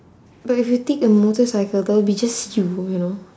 but if you take a motorcycle that would be just you you know